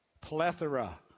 plethora